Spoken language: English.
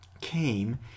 came